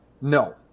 no